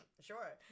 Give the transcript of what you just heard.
sure